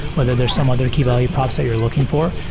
whether there's some other key value props that you're looking for,